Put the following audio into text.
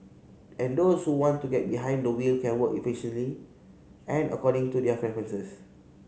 and those who want to get behind the wheel can work efficiently and according to their preferences